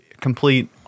complete